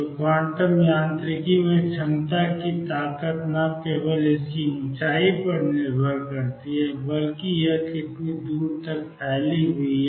तो क्वांटम यांत्रिकी में क्षमता की ताकत न केवल इसकी ऊंचाई पर निर्भर करती है बल्कि यह कितनी दूर तक फैली हुई है